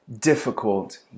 difficult